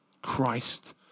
Christ